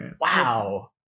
Wow